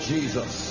Jesus